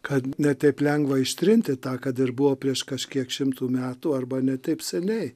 kad ne taip lengva ištrinti tą kad ir buvo prieš kažkiek šimtų metų arba ne taip seniai